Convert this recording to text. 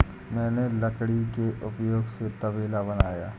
मैंने लकड़ी के उपयोग से तबेला बनाया